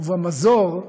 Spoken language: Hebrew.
ובמזור,